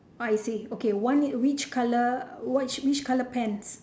I see okay one which colour which which colour pants